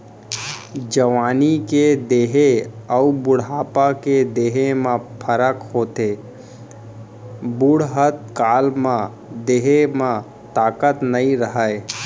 जवानी के देंह अउ बुढ़ापा के देंह म फरक होथे, बुड़हत काल म देंह म ताकत नइ रहय